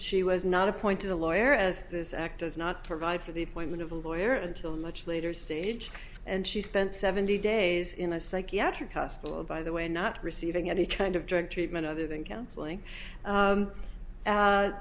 she was not appointed a lawyer as this act does not provide for the appointment of a lawyer until much later stage and she spent seventy days in a psychiatric hospital by the way not receiving any kind of drug treatment other than counseling